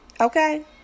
Okay